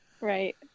right